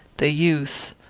the youth,